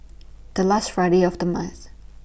The last Friday of The month